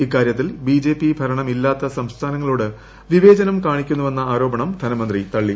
ഇക്കാര്യത്തിൽ ബിജെപി ഭരണമില്ലാത്ത സംസ്ഥാനങ്ങളോട് വിവേചനം കാണിക്കുന്നുവെന്ന ആരോപണം ധനമന്ത്രി തള്ളി